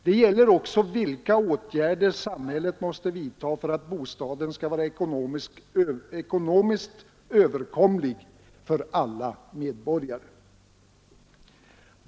Det gäller också vilka åtgärder samhället måste vidta för att bostaden skall vara ekonomiskt överkomlig för alla medborgare.